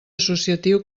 associatiu